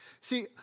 See